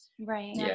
right